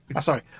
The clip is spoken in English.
sorry